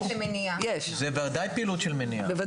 זה בוודאי פעילות של מניעה,